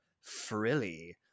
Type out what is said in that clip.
frilly